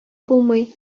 булмый